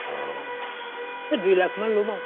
অঁ এই দুই লাখমান ল'ম আৰু